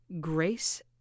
grace